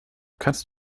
kannst